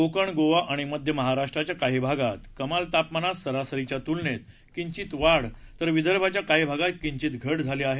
कोकण गोवा आणि मध्य महाराष्ट्राच्या काही भागात कमाल तापमानात सरासरीच्या तुलनेत किंचीत वाढ तर विदर्भाच्या काही भागात किंचीत घट झाली आहे